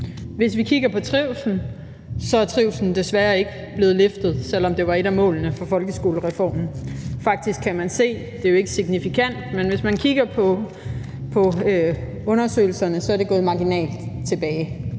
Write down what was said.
Hvis vi kigger på trivslen, er trivslen desværre ikke blevet løftet, selv om det var et af målene for folkeskolereformen. Det er ikke signifikant, men hvis man kigger på undersøgelserne, kan man se, at det er gået marginalt tilbage,